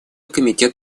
комитет